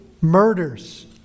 murders